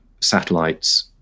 satellites